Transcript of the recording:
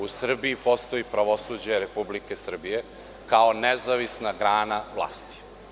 U Srbiji postoji pravosuđe Republike Srbije kao nezavisna grana vlasti.